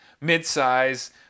mid-size